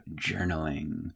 Journaling